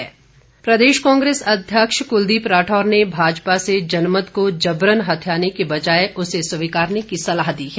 कुलदीप राठौर प्रदेश कांग्रेस अध्यक्ष कुलदीप राठौर ने भाजपा से जनमत को जबरन हथियाने की बजाय उसे स्वीकारने की सलाह दी है